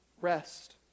rest